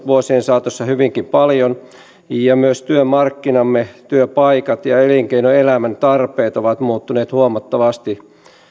vuosien saatossa hyvinkin paljon ja myös työmarkkinamme työpaikat ja elinkeinoelämän tarpeet ovat muuttuneet huomattavasti